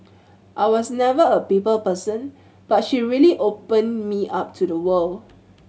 I was never a people person but she really opened me up to the world